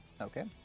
Okay